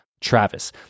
Travis